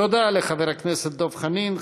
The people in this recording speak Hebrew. תודה לחבר הכנסת דב חנין.